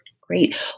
Great